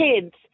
kids